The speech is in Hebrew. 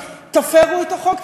תפרו את החוק,